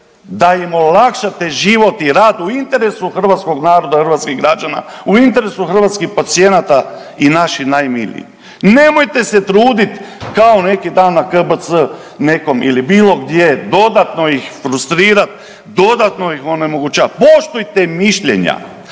da im olakšate život i rad u interesu hrvatskog naroda i hrvatskih građana, u interesu hrvatskih pacijenata i naših najmilijih. Nemojte se truditi kao neki tamo na KBC nekom ili bilo gdje, dodatno ih frustrirati, dodatno ih onemogućavat. Poštujte mišljenja